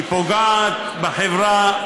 היא פוגעת בחברה,